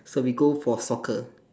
so we go for soccer